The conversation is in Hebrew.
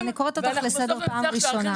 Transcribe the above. -- אז אני קוראת אותך לסדר פעם ראשונה,